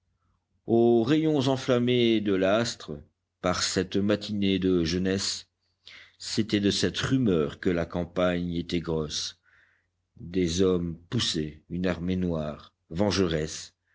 aux rayons enflammés de l'astre par cette matinée de jeunesse c'était de cette rumeur que la campagne était grosse des hommes poussaient une armée noire vengeresse